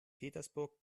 petersburg